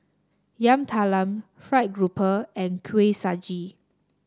Yam Talam fried grouper and Kuih Suji